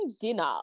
dinner